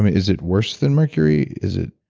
is it worse than mercury? is it